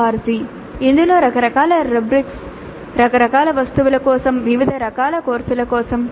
org ఇందులో రకరకాల రబ్రిక్లు రకరకాల వస్తువుల కోసం వివిధ రకాల కోర్సుల కోసం